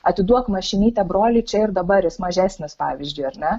atiduok mašinytę broliui čia ir dabar jis mažesnis pavyzdžiui ar ne